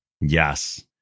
Yes